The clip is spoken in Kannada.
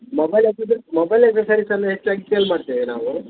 ಮೊಬೈಲ್ ಆಕ್ಸೆಸರಿ ಮೊಬೈಲ್ ಆಕ್ಸೆಸರೀಸನ್ನು ಹೆಚ್ಚಾಗಿ ಸೇಲ್ ಮಾಡ್ತೇವೆ ನಾವು